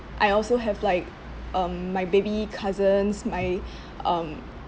I also have like um my baby cousins my um